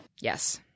Yes